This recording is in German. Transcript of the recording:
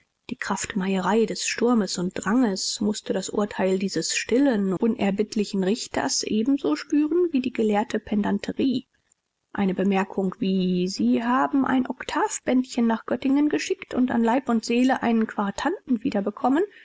die kraftmeierei des sturmes und dranges mußte das urteil dieses stillen unerbittlichen richters ebenso spüren wie die gelehrte pedanterie eine bemerkung wie sie hatten ein oktavbändchen nach göttingen geschickt und an leib und seele einen